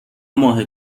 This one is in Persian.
ماه